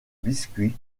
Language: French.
biscuits